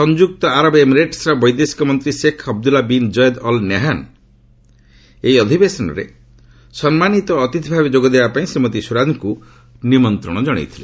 ସଂଯୁକ୍ତ ଆରବ ଏମିରେଟ୍ସର ବୈଦେଶିକ ମନ୍ତ୍ରୀ Sheikh Abdullah bin Zayed Al Nahyan ଏହି ଅଧିବେଶନରେ ସମ୍ମାନୀତ ଅତିଥିଭାବେ ଯୋଗଦେବା ପାଇଁ ଶ୍ରୀମତୀ ସ୍ୱରାଜଙ୍କୁ ନିମନ୍ତ୍ରଣ ଜଣାଇଛନ୍ତି